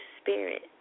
spirit